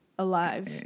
alive